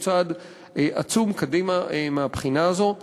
הוא צעד עצום קדימה מהבחינה הזו.